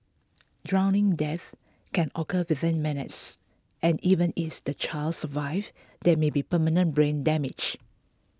drowning deaths can occur within minutes and even is the child survives there may be permanent brain damage